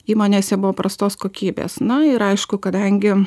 įmonėse buvo prastos kokybės na ir aišku kadangi